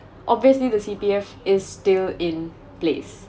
obviously the C_P_F is still in place